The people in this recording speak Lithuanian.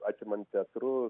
atimant teatrus